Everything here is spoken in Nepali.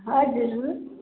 हजुर